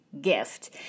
Gift